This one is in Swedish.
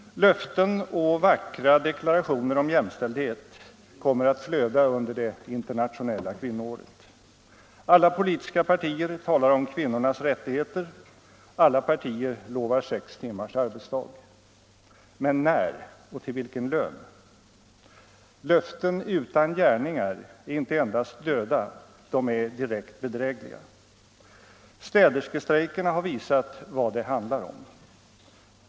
Löften och vackra deklarationer om jämställdhet kommer att flöda under det internationella kvinnoåret. Alla politiska partier talar om kvinnornas rättigheter, alla partier lovar sex timmars arbetsdag. Men när? Och med vilken lön? Löften utan gärningar är inte endast döda, de är direkt bedrägliga. Städerskestrejkerna har visat vad det handlar om.